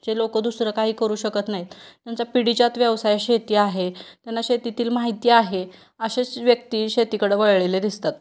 जे लोकं दुसरं काही करू शकत नाही आहेत त्यांचा पिढीजात व्यवसाय शेती आहे त्यांना शेतीतील माहिती आहे अशाच व्यक्ती शेतीकडं वळलेले दिसतात